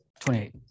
28